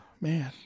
Man